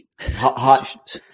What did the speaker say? Hot